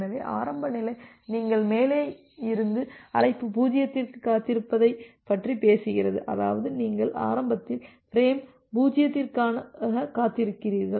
எனவே ஆரம்ப நிலை நீங்கள் மேலே இருந்து அழைப்பு 0க்கு காத்திருப்பதைப் பற்றி பேசுகிறது அதாவது நீங்கள் ஆரம்பத்தில் பிரேம் 0 க்காக காத்திருக்கிறீர்கள்